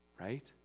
right